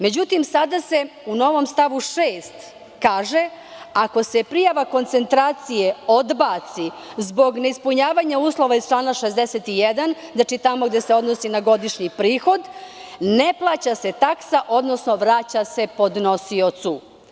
Međutim, sada se u novom stavu 6. kaže – ako se prijava koncentracije odbaci zbog neispunjavanja uslova iz člana 61, znači tamo gde se odnosi na godišnji prihod, ne plaća se taksa, odnosno vraća se podnosiocu.